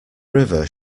river